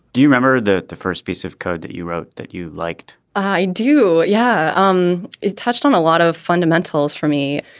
do you remember that the first piece of code that you wrote that you liked? i do, yeah. um it touched on a lot of fundamentals for me.